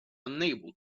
unable